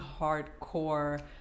hardcore